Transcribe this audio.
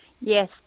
Yes